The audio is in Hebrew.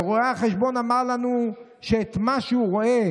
ורואה חשבון אמר לנו שאת מה שהוא רואה